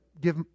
give